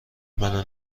منو